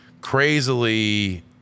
crazily